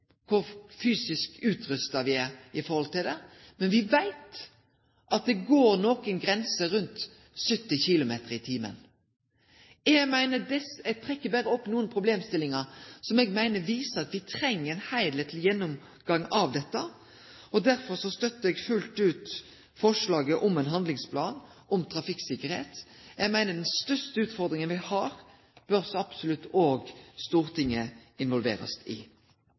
kor godt fysisk utrusta me er i forhold til dette, men me veit at det er nokre grenser, rundt 70 km/t. Eg trekkjer berre fram nokre problemstillingar som eg meiner viser at me treng ein heilskapleg gjennomgang av dette, og derfor støttar eg fullt ut forslaget om ein handlingsplan om trafikksikkerheit. Eg meiner at den største utfordringa me har, bør så absolutt òg Stortinget bli involvert i.